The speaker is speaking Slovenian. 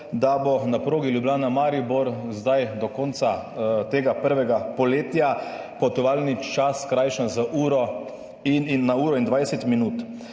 da bo na progi Ljubljana–Maribor do konca tega prvega polletja potovalni čas skrajšan na uro in 20 minut.